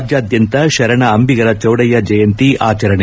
ರಾಜ್ಯಾದ್ನಂತ ಶರಣ ಅಂಬಿಗರ ಚೌಡಯ್ನ ಜಯಂತಿ ಆಚರಣೆ